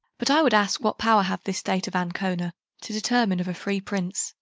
but i would ask what power hath this state of ancona to determine of a free prince?